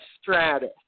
Stratus